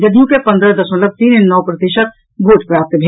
जदयू के पन्द्रह दशमलव तीन नओ प्रतिशत भोट प्राप्त भेल